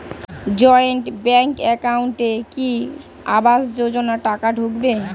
Joint bank একাউন্টে কি আবাস যোজনা টাকা ঢুকবে?